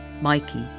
Mikey